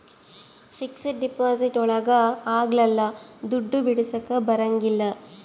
fixed deposit ಒಳಗ ಅಗ್ಲಲ್ಲ ದುಡ್ಡು ಬಿಡಿಸಕ ಬರಂಗಿಲ್ಲ